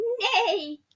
Nay